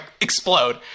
explode